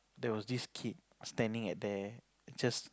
there was this kid standing at there just